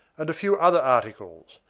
and a few other articles,